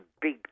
big